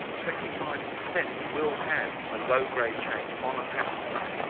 twenty five percent will have a low grade change on a pap smear.